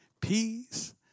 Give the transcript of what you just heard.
peace